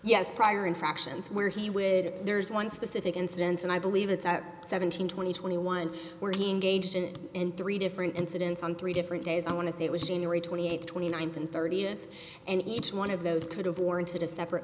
yes prior infractions where he would there's one specific incidents and i believe it's seventeen twenty twenty one where he engaged in three different incidents on three different days i want to say it was january twenty eighth twenty ninth and thirtieth and each one of those could have warranted a separate